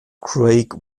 craig